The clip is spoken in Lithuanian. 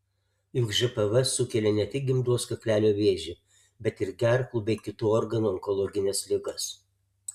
juk žpv sukelia ne tik gimdos kaklelio vėžį bet ir gerklų bei kitų organų onkologines ligas